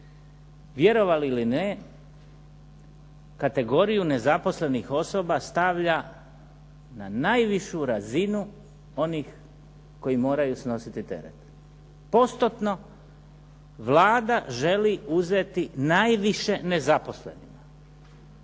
vjerovali ili ne, kategoriju nezaposlenih osoba stavlja na najvišu razinu onih koji moraju snositi teret. Postotno Vlada želi uzeti najviše nezaposlenima.